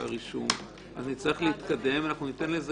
אז נצטרך להתקדם וניתן לזה